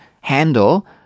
handle